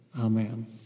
Amen